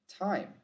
time